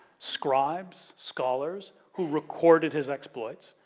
scribes, scholars, who recorded his exploits.